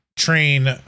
train